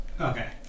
Okay